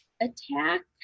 attack